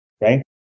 right